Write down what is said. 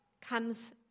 comes